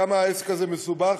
כמה העסק הזה מסובך,